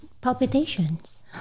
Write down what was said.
palpitations